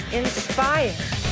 inspired